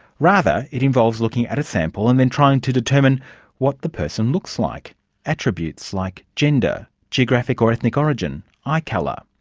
rather, it involves looking at a sample and then trying to determine what the person looks like attributes like gender, geographic or ethnic origin, eye colour.